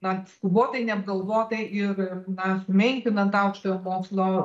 na skubotai neapgalvotai ir na menkinant aukštojo mokslo